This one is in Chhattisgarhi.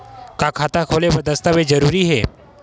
का खाता खोले बर दस्तावेज जरूरी हे?